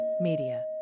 Media